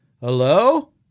Hello